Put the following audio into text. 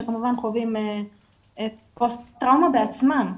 שכמובן חווים פוסט טראומה בעצמם.